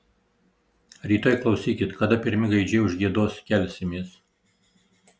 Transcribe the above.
rytoj klausykit kada pirmi gaidžiai užgiedos kelsimės